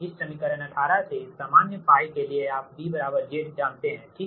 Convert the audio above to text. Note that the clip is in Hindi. इस समीकरण 18 से सामान्य π के लिए आप B Z जानते है ठीक